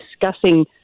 discussing